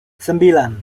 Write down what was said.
sembilan